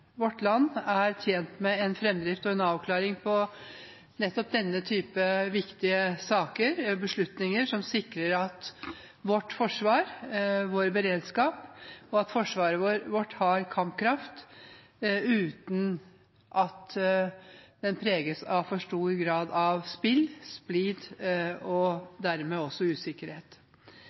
vårt land er tjent med en framdrift i og en avklaring på nettopp denne typen viktige saker, beslutninger som sikrer vårt forsvar, vår beredskap, og at forsvaret vårt har kampkraft – uten at det preges av for stor grad av spill, splid og dermed også usikkerhet.